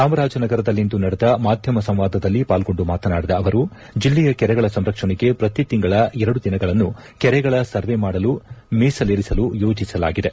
ಚಾಮರಾಜನಗರದಲ್ಲಿಂದು ನಡೆದ ಮಾಧ್ಯಮ ಸಂವಾದದಲ್ಲಿ ಪಾಲ್ಗೊಂದು ಮಾತನಾಡಿದ ಅವರು ಜಿಲ್ಲೆಯ ಕೆರೆಗಳ ಸಂರಕ್ಷಣೆಗೆ ಪ್ರತಿತಿಂಗಳ ಎರಡು ದಿನಗಳನ್ನು ಕೆರೆಗಳ ಸರ್ವೇ ಮಾಡಲು ಮೀಸಲಿರಿಸಲು ಯೋಜಿಸಲಾಗಿದೆ